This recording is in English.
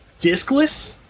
discless